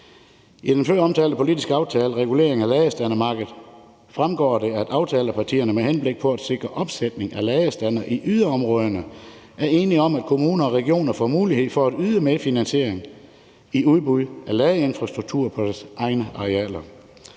Af den føromtalte aftale om regulering af ladestandermarkedet fremgår det, at aftalepartierne med henblik på at sikre opsætning af ladestandere i yderområderne er enige om at kommuner og regioner får mulighed for at yde medfinansiering i udbud af ladeinfrastruktur på deres egne arealer.